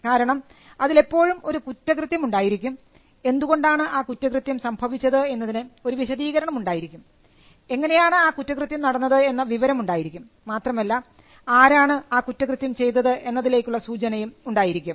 കാരണം അതിൽ എപ്പോഴും ഒരു കുറ്റകൃത്യം ഉണ്ടായിരിക്കും എന്തുകൊണ്ടാണ് ആ കുറ്റകൃത്യം സംഭവിച്ചത് എന്നതിന് ഒരു വിശദീകരണം ഉണ്ടായിരിക്കും എങ്ങനെയാണ് ആ കുറ്റകൃത്യം നടന്നത് എന്ന വിവരം ഉണ്ടായിരിക്കും മാത്രമല്ല ആരാണ് ആ കുറ്റകൃത്യം ചെയ്തത് എന്നതിലേക്കുള്ള സൂചനയും ഉണ്ടായിരിക്കും